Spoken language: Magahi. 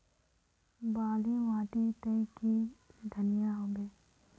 बाली माटी तई की धनिया होबे?